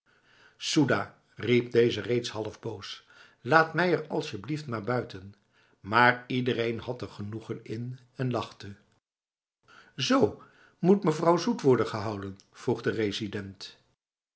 riep deze reeds half boos laat mij er asjeblieft maar buitenf maar iedereen had er genoegen in en lachte zo moet mevrouw zoet worden gehouden vroeg de resident